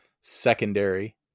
secondary